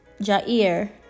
jair